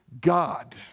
God